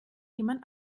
jemand